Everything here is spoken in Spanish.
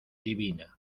divina